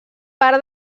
part